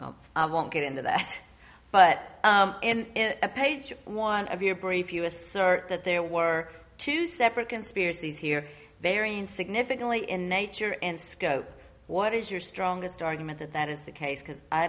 that won't get into that but in a page one of your brief you assert that there were two separate conspiracies here varying significantly in nature and scope what is your strongest argument that that is the case because i